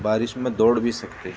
بارش میں دوڑ بھی سکتے